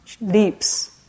leaps